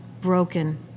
broken